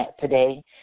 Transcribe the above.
today